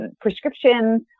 prescriptions